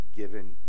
given